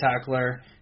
tackler